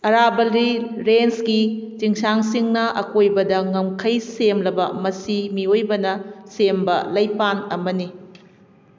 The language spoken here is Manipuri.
ꯑꯔꯥꯕꯂꯤ ꯔꯦꯟꯁꯀꯤ ꯆꯤꯡꯁꯥꯡꯁꯤꯡꯅ ꯑꯀꯣꯏꯕꯗ ꯉꯝꯈꯩ ꯁꯦꯝꯂꯕ ꯃꯁꯤ ꯃꯤꯋꯣꯏꯕꯅ ꯁꯦꯝꯕ ꯂꯩꯄꯟ ꯑꯃꯅꯤ